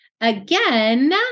Again